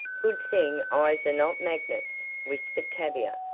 good thing eyes are not magnets, whispered tavia,